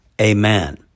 amen